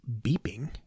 beeping